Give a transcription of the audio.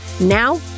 Now